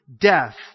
death